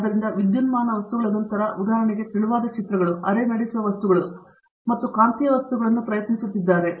ಆದ್ದರಿಂದ ವಿದ್ಯುನ್ಮಾನ ವಸ್ತುಗಳ ನಂತರ ಉದಾಹರಣೆಗೆ ತೆಳುವಾದ ಚಿತ್ರಗಳು ಅರೆ ನಡೆಸುವ ವಸ್ತುಗಳು ಮತ್ತು ಕಾಂತೀಯ ವಸ್ತುಗಳನ್ನು ಪ್ರಯತ್ನಿಸುತ್ತಿದ್ದಾರೆ